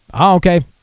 okay